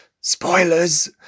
Spoilers